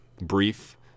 brief